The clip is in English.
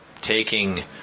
taking